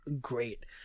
great